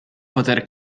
poter